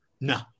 no